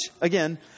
again